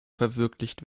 verwirklicht